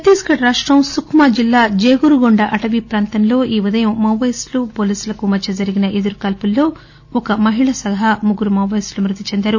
చత్తీస్గఢ్ రాష్టం సుకుమా జిల్లా జేగురుగొండ అటవీ ప్రాంతంలో ఈ ఉదయం మాయిస్టులు పోలీసులకు మధ్య జరిగిన ఎదురుకాల్పుల్లో ఒక మహిళ సహా ముగ్గురు మావోయిస్టులు మృతి చెందారు